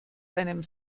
einem